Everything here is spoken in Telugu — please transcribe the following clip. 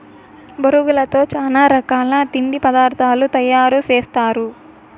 బొరుగులతో చానా రకాల తిండి పదార్థాలు తయారు సేస్తారు